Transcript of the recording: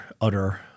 utter